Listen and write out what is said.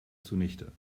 zunichte